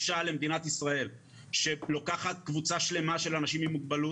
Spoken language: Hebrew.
הנפש שבמשך שנים לווה בבושה ובהסתרה,